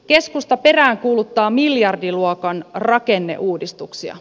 keskusta peräänkuuluttaa miljardiluokan rakenneuudistuksia